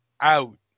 out